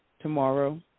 tomorrow